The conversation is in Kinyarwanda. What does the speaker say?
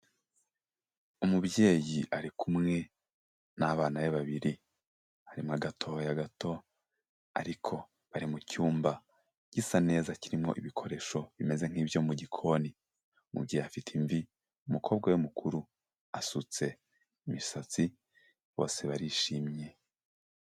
Umubyeyi ari kumwe n'abana be babiri, harimo agatoya gato ariko bari mu cyumba gisa neza kirimo ibikoresho bimeze nk'ibyo mu gikoni. Umubyeyi afite imvi, umukobwa we mukuru asutse imisatsi, bose barishimye.